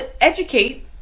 educate